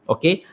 Okay